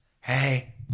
Hey